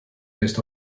based